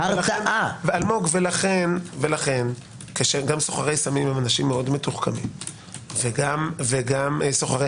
ולכן כשגם סוחרי סמים הם אנשים מתוחכמים וגם סוחרי